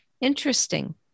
Interesting